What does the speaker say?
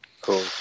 Cool